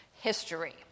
history